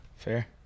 Fair